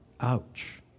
Ouch